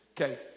Okay